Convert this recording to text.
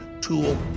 tool